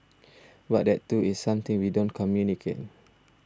but that too is something we don't communicate